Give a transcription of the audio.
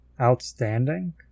outstanding